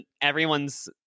everyone's